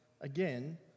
again